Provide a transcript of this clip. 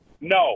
No